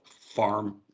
farm